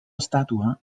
estàtua